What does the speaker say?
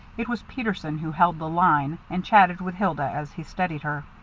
it was peterson who held the line and chatted with hilda as he steadied her.